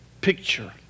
picture